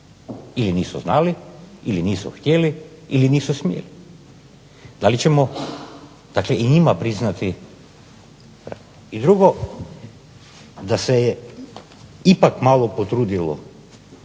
Ili nisu znali ili nisu htjeli ili nisu smjeli. Da li ćemo, dakle i njima priznati? I drugo da se je ipak malo potrudilo